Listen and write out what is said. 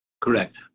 Correct